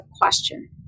question